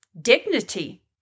dignity